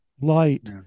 Light